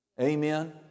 Amen